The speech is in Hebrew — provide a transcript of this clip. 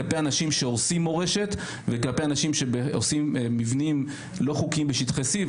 כלפי אנשים שהורסים מורשת וכלפי אנשים שבונים מבנים לא חוקיים בשטחי C,